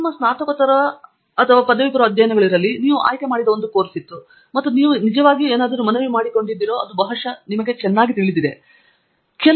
ನಿಮ್ಮ ಸ್ನಾತಕಪೂರ್ವ ಅಥವಾ ಸ್ನಾತಕೋತ್ತರ ಅಧ್ಯಯನಗಳು ಇರಲಿ ನೀವು ಆಯ್ಕೆಮಾಡಿದ ಒಂದು ಕೋರ್ಸ್ ಇತ್ತು ಮತ್ತು ನೀವು ನಿಜವಾಗಿಯೂ ಏನಾದರೂ ಮನವಿ ಮಾಡಿಕೊಂಡಿದ್ದೀರೋ ಅದು ಬಹುಶಃ ನಿಮಗೆ ಚೆನ್ನಾಗಿ ತಿಳಿದಿದೆ